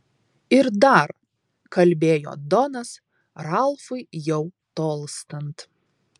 ir dar kalbėjo donas ralfui jau tolstant